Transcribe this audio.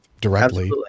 directly